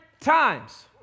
times